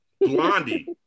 Blondie